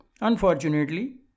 Unfortunately